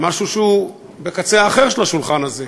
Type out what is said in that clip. במשהו שהוא בקצה האחר של השולחן הזה: